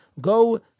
Go